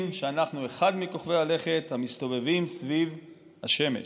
שאנחנו אחד מכוכבי הלכת המסתובבים סביב השמש.